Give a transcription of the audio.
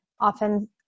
often